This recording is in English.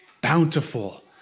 bountiful